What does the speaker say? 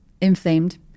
inflamed